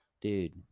dude